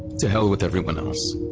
to hell with everyone else